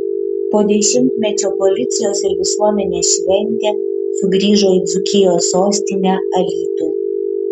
po dešimtmečio policijos ir visuomenės šventė sugrįžo į dzūkijos sostinę alytų